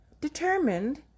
determined